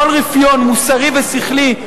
כל רפיון מוסרי ושכלי,